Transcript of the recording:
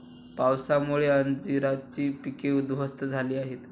पावसामुळे अंजीराची पिके उध्वस्त झाली आहेत